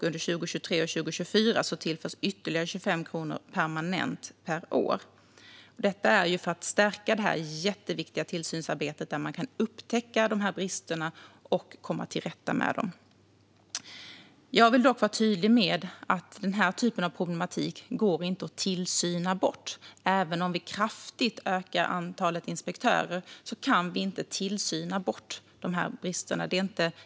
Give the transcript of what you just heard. Under 2023 och 2024 tillförs ytterligare 25 miljoner kronor permanent per år, detta för att stärka det jätteviktiga tillsynsarbetet där man kan upptäcka brister och komma till rätta med dem. Jag vill dock vara tydlig med att den typen av problem inte kan tillsynas bort. Även om vi kraftigt ökar antalet inspektörer kan vi inte tillsyna bort bristerna.